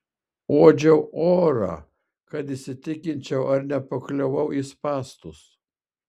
uodžiau orą kad įsitikinčiau ar nepakliuvau į spąstus